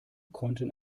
konnten